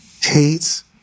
hates